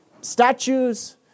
statues